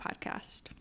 podcast